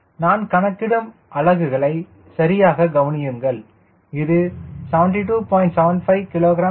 நான் கணக்கிடும் அலகுகளை சரியாகக் கவனியுங்கள் இது 72